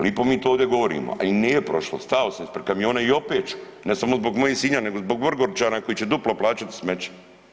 Lipo mi to ovdje govorimo, a i nije prošlo, stao sam ispred kamiona i opet ću, ne samo zbog mojih Sinjana, nego zbog Vrgorčana koji će duplo plaćati smeće.